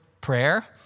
prayer